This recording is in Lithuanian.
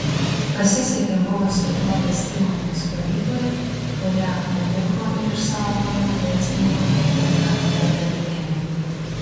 pasisekė buvusiai drobės įmonės stovyklai kurią nupirko ir išsaugojo verslininkė ina bedarfienė